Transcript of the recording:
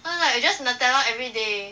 cause like it's just Nutella every day